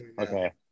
okay